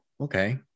okay